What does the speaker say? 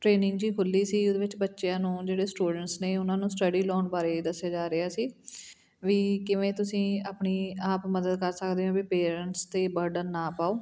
training ਜਿਹੀ ਖੁੱਲ੍ਹੀ ਸੀ ਉਹਦੇ ਵਿੱਚ ਬੱਚਿਆਂ ਨੂੰ ਜਿਹੜੇ ਸਟੂਡੈਂਟਸ ਨੇ ਉਹਨਾਂ ਨੂੰ ਸਟੱਡੀ ਲਾਉਣ ਬਾਰੇ ਦੱਸਿਆ ਜਾ ਰਿਹਾ ਸੀ ਵੀ ਕਿਵੇਂ ਤੁਸੀਂ ਆਪਣੀ ਆਪ ਮਦਦ ਕਰ ਸਕਦੇ ਹੋ ਵੀ ਪੇਰੈਂਟਸ 'ਤੇ ਬਰਡਨ ਨਾ ਪਾਓ